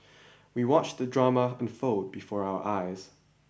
we watched the drama unfold before our eyes